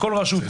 בכל יישוב,